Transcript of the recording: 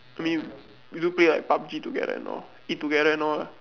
I mean we do play like PUB-G together and all eat together and all